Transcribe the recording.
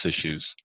issues